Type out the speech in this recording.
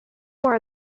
are